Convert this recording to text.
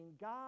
God